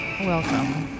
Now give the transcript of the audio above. Welcome